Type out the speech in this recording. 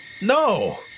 no